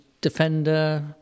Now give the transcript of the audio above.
defender